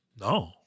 No